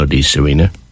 serena